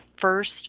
first